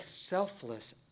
selfless